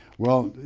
well,